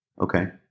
Okay